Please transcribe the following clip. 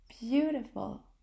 beautiful